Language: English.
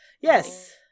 Yes